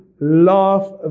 love